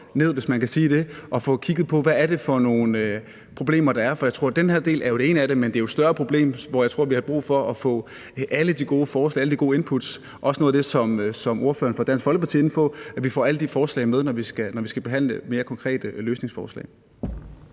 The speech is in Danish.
ned – hvis man kan sige det – og få kigget på, hvad det er for nogle problemer, der er. For jeg tror, at den her del er det ene af det, men det er jo et større problem, hvor jeg tror vi har brug for at få alle de gode forslag og alle de gode input, også noget af det, som ordføreren for Dansk Folkeparti er inde på, altså så vi får alle de forslag med, når vi skal behandle mere konkrete løsningsforslag.